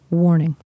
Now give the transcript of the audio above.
Warning